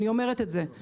אני אומרת את זה,